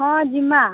ହଁ ଯିମା